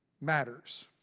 matters